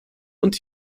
und